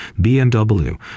BMW